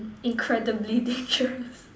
incredibly dangerous